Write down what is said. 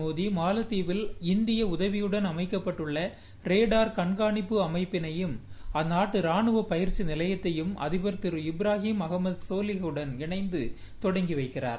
மோடி மாலத்தீவில் இந்திய உதவியுடன் அமைக்கப்பட்டுள்ள ரேடார் கன்கானிப்பு அமைப்பினையும் அந்நாட்டு ராணுவ பயிற்சி நிலையத்தையும் அதிபர் இப்ரஹிம் சோலிக்குடன் இணைந்து தொடங்கி வைக்கிறார்